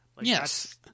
Yes